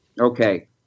Okay